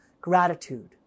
Gratitude